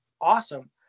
awesome